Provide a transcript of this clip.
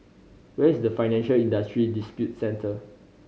where is the Financial Industry Dispute Center